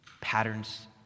patterns